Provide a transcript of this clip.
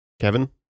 Kevin